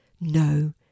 No